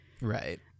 Right